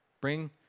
Bring